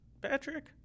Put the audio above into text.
Patrick